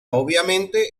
obviamente